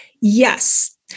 Yes